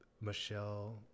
Michelle